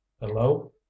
hello